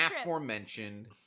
aforementioned